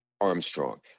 Armstrong